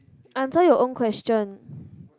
answer your own question